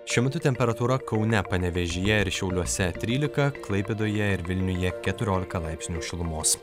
šiuo metu temperatūra kaune panevėžyje ir šiauliuose trylika klaipėdoje ir vilniuje keturiolika laipsnių šilumos